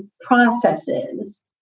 processes